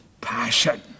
passion